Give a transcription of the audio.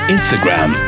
Instagram